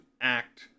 act